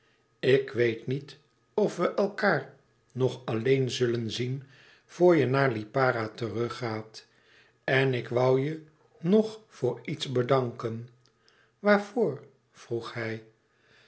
ik weet niet of we elkaâr nog alleen zullen zien voor je naar lipara terug gaat en ik woû je nog voor iets bedanken waarvoor vroeg hij